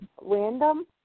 random